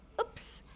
Oops